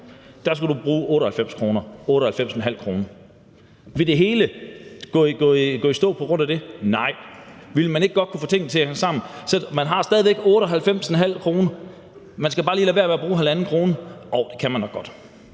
år skal du bruge 98 kr. eller 98,50 kr. Ville det hele gå i stå på grund af det? Nej! Ville man ikke godt kunne få tingene til at hænge sammen? Man har stadig væk 98,50 kr. Man skal bare lige lade være med at bruge 1,50 kr. Jo, det kan man nok godt.